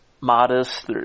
Modest